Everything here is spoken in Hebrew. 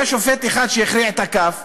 היה שופט אחד שהכריע את הכף,